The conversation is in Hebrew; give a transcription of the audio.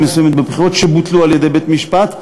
מסוימת בבחירות שבוטלו על-ידי בית משפט,